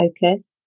focus